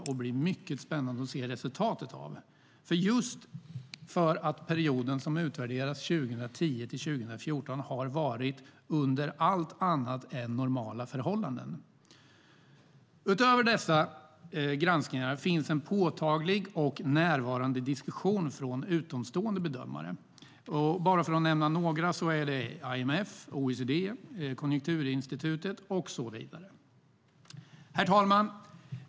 Det ska bli mycket spännande att se resultatet av den, just därför att det under perioden som utvärderas 2010-2014 har varit allt annat än normala förhållanden. Utöver dessa granskningar finns en påtaglig och närvarande diskussion från utomstående bedömare. Bara för att nämna några är det IMF, OECD, Konjunkturinstitutet och så vidare. Herr talman!